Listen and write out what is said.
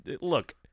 look